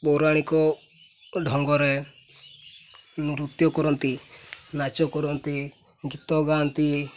ପୌରାଣିକ ଢଙ୍ଗରେ ନୃତ୍ୟ କରନ୍ତି ନାଚ କରନ୍ତି ଗୀତ ଗାଆନ୍ତି